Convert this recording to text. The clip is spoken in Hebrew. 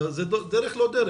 זה דרך-לא דרך.